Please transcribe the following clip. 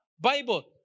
Bible